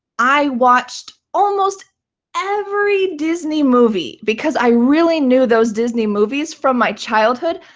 i watched almost every disney movie, because i really knew those disney movies from my childhood.